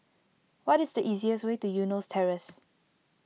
what is the easiest way to Eunos Terrace